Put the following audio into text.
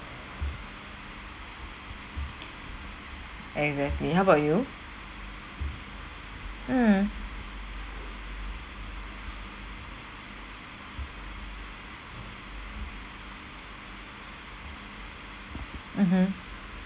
exactly how about you mm mmhmm